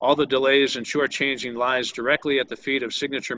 all the delays and short changing lies directly at the feet of signature